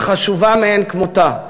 אך חשובה מאין כמותה: